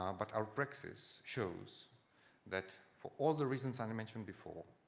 um but our praxis shows that for all the reasons i and mentioned before,